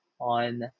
on